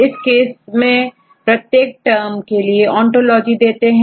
इस केस में प्रत्येक टर्न के लिए ओंटोलॉजी देते हैं